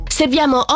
serviamo